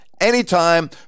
anytime